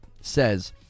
says